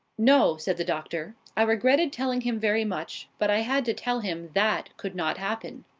no, said the doctor. i regretted telling him very much but i had to tell him that could not happen.